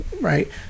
right